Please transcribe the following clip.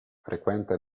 frequenta